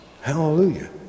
Hallelujah